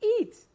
Eat